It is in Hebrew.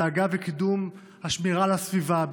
בדאגה ובקידום השמירה על הסביבה,